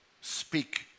Speak